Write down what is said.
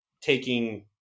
taking